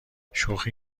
شوخی